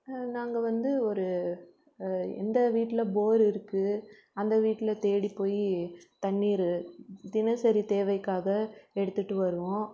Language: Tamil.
நாங்கள் வந்து ஒரு எந்த வீட்டில் போர் இருக்குது அந்த வீட்ல தேடிப் போய் தண்ணீர் தினசரி தேவைக்காக எடுத்துகிட்டு வருவோம்